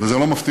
וזה לא מפתיע.